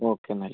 okay എന്നാൽ